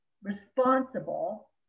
responsible